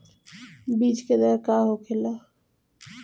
बीज के दर का होखेला?